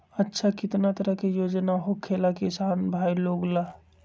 अच्छा कितना तरह के योजना होखेला किसान भाई लोग ला?